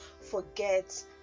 forget